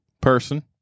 person